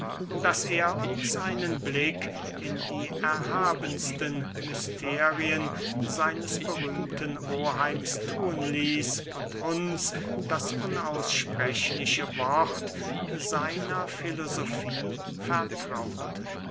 daß er uns einen blick in die erhabensten mysterien seines berühmten oheims thun ließ und uns das unaussprechliche wort seiner filosofie vertraute